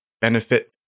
benefit